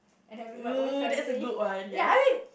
and having my own family ya I mean